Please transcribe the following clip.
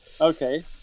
Okay